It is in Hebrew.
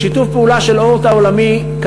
בשיתוף פעולה של "אורט" העולמי,